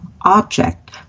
object